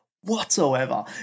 Whatsoever